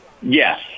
Yes